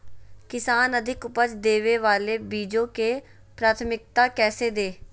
किसान अधिक उपज देवे वाले बीजों के प्राथमिकता कैसे दे?